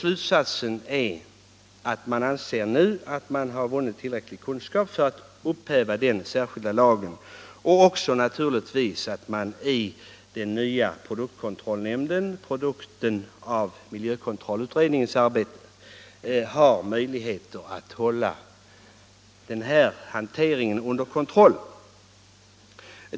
Slutsatsen är att man nu anser sig ha vunnit tillräcklig kunskap för att upphäva den särskilda lagen, och att man i den nya produktkontrollnämnden — resultatet av miljökontrollutredningens arbete — har möjligheter att hålla denna hantering under kontroll.